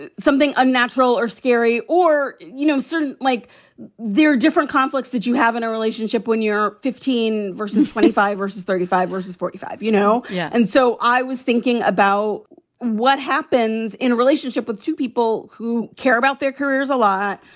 and something unnatural or scary or, you know, certain like there are different conflicts that you have in a relationship when you're fifteen versus twenty five versus thirty five versus forty five, you know. yeah. and so i was thinking about what happens in a relationship with two people who care about their careers a lot,